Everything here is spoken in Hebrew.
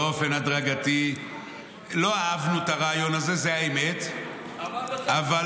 באופן הדרגתי -- 700 מיליון ש"ח יעברו לשירותי הרווחה.